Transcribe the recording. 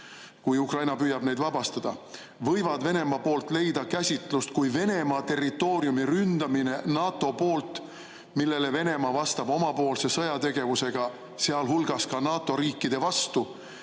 kui Ukraina püüab neid vabastada, võivad Venemaa poolt leida käsitlust kui Venemaa territooriumi ründamine NATO poolt, millele Venemaa vastab omapoolse sõjategevusega, sealhulgas NATO riikide vastu.